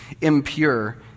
impure